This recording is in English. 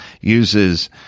uses